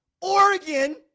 Oregon